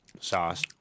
sauce